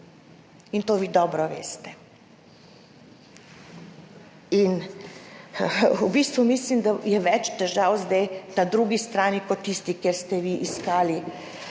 in to vi dobro veste. V bistvu mislim, da je več težav zdaj na drugi strani kot na tisti, kjer ste vi iskali